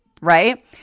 right